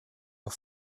auf